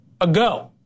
ago